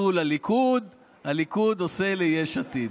עשו לליכוד, הליכוד עושה ליש עתיד.